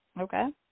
okay